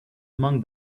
among